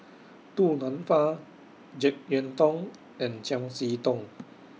Du Nanfa Jek Yeun Thong and Chiam See Tong